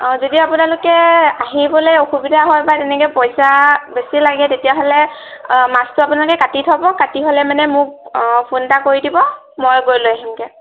অ' যদি আপোনালোকে আহিবলৈ অসুবিধা হয় বা তেনেকৈ পইচা বেছি লাগে তেতিয়াহ'লে মাছটো আপোনালোকে কাটি থব কাটি হ'লে মানে মোক ফোন এটা কৰি দিব মই গৈ লৈ আহিমগৈ